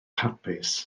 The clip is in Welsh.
hapus